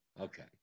okay